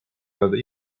öelda